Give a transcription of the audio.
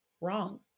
wrong